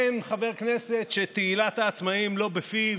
אין חבר כנסת שתהילת העצמאים לא בפיו,